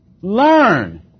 Learn